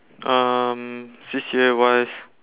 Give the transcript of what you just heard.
um C_C_A wise